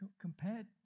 Compared